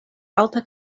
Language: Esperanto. alta